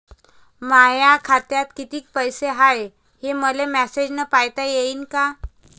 माया खात्यात कितीक पैसे बाकी हाय, हे मले मॅसेजन पायता येईन का?